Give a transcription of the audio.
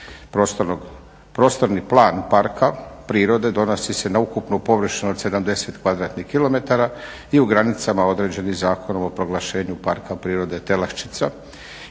Prostorni plan parka prirode odnosi se na ukupnu površinu od 70 kvadratnih km i u granicama određenim Zakonom o proglašenju Parka prirode Telaščica